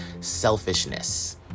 selfishness